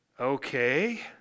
Okay